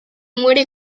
muere